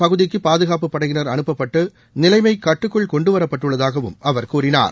பகுதிக்கு பாதுகாப்புப் படையினர் அனுப்பப்பட்டு நிலைமை கட்டுக்குள் அந்த கொண்டுவரப்பட்டுள்ளதாகவும் அவர் கூறினார்